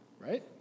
right